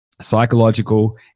psychological